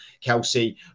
Kelsey